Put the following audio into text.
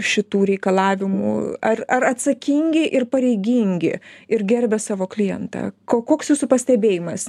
šitų reikalavimų ar ar atsakingi ir pareigingi ir gerbia savo klientą ko koks jūsų pastebėjimas